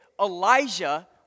Elijah